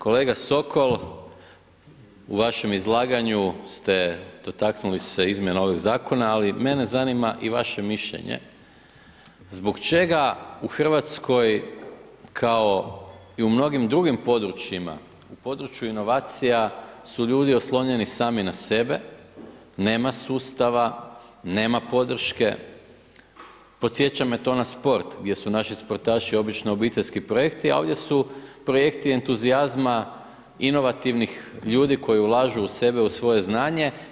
Kolega Sokol u vašem izlaganju ste dotaknuli se izmjene ovog zakona, ali mene zanima i vaše mišljenje, zbog čega u Hrvatskoj kao i u mnogim drugim područjima, području inovacija, su ljudi oslonjeni sami na sebe, nema sustava, nema podrške, podsjeća me to na sport, gdje su naši sportaši obično obiteljski projekti, a ovdje su projekti entuzijazma inovativnih ljudi koji ulažu u sebe, u svoje znanje.